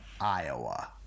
Iowa